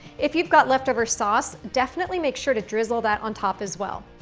if you've got leftover sauce, definitely make sure to drizzle that on top as well.